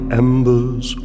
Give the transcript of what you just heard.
embers